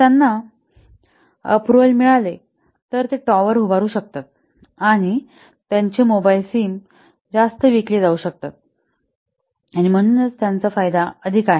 जर त्यांना अँप्रूव्हल मिळाले तर ते टॉवर उभारू शकतात आणि त्यांचे मोबाईल सिम विकले जाऊ शकतात आणि म्हणून त्यांचा अधिक फायदा होईल